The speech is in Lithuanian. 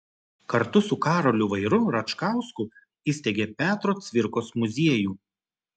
kartu su karoliu vairu račkausku įsteigė petro cvirkos muziejų